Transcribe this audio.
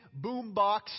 boombox